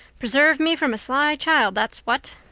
preserve me from a sly child, that's what.